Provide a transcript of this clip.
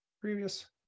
previous